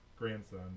grandson